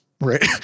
right